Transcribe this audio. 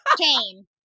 Chain